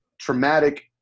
traumatic